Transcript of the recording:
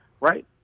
right